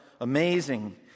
amazing